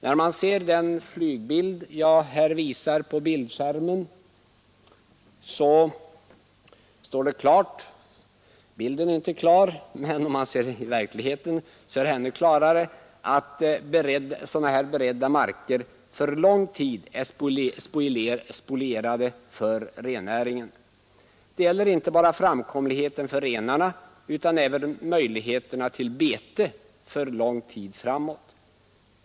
När man ser den flygbild jag visar på bildskärmen står det klart bilden är inte klar, men om man ser det i verkligheten är det klarare — att sådana här beredda marker för lång tid är spolierade för rennäringen. Det gäller inte bara framkomligheten för renarna utan även möjligheterna till bete för lång tid framöver.